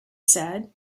said